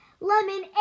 Lemon